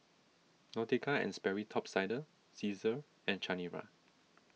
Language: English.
Nautica and Sperry Top Sider Cesar and Chanira